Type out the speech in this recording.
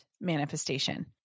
manifestation